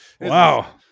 Wow